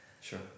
Sure